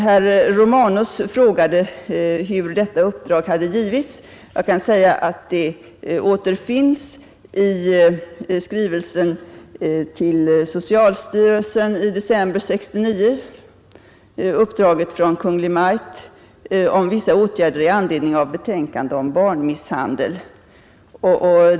Herr Romanus frågade hur detta uppdrag hade givits. Jag kan säga att uppdraget från Kungl. Maj:t om vissa åtgärder i anledning av betänkandet om barnmisshandel återfinns i skrivelsen till socialstyrelsen i december 1969.